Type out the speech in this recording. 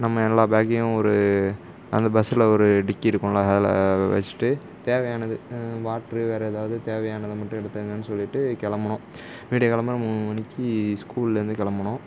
நம்ம எல்லா பேக்கையும் ஒரு அந்த பஸ்ஸில் ஒரு டிக்கி இருக்கும்ல அதில் வச்சுட்டு தேவையானது வாட்ரு வேற எதாவது தேவையானதை மட்டும் எடுத்துக்கோங்கனு சொல்லிவிட்டு கிளம்புனோம் விடியகாலம்பற மூணு மணிக்கு ஸ்கூல்லேருந்து கிளம்புனோம்